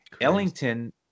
Ellington